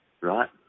Right